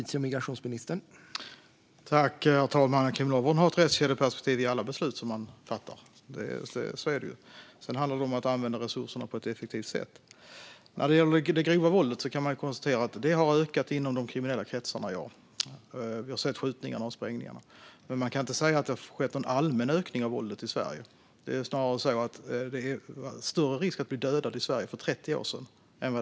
Herr talman! Kriminalvården har ett rättskedjeperspektiv i alla beslut man fattar. Men sedan handlar det om att använda resurserna på ett effektivt sätt. Det grova våldet har ökat inom de kriminella kretsarna med skjutningar och sprängningar. Det har dock inte skett någon allmän ökning av våldet i Sverige. Risken att bli dödad i Sverige var faktiskt större för 30 år sedan än i dag.